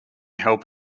help